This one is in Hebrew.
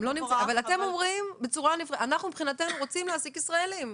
אבל אתם אומרים: אנחנו מבחינתנו רוצים להעסיק ישראלים,